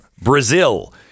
Brazil